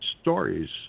stories